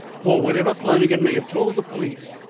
for whatever flannagan may have told the police,